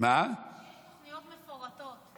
יש תוכניות מפורטות.